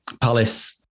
Palace